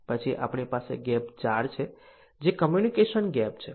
પછી આપણી પાસે ગેપ 4 છે જે કમ્યુનિકેશન ગેપ છે